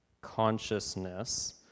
consciousness